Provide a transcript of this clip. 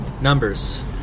Numbers